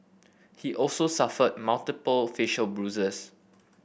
he also suffered multiple facial bruises